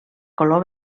color